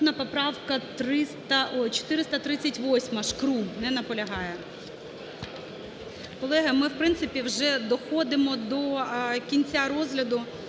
поправка 438-а, Шкрум. Не наполягає. Колеги, ми, в принципі, вже доходимо до кінця розгляду